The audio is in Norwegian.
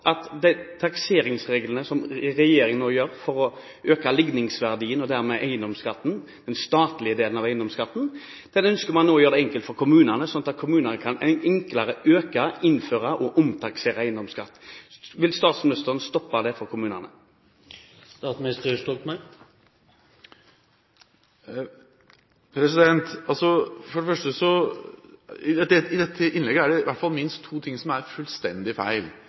at regjeringen, ved takseringsreglene som regjeringen nå innfører for å øke likningsverdien og dermed eiendomsskatten, den statlige delen av eiendomsskatten, ønsker å gjøre det enklere for kommunene å øke, innføre og omtaksere eiendomsskatt. Vil statsministeren stoppe det for kommunene? I dette innlegget er det minst to ting som er fullstendig feil.